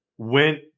went